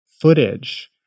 footage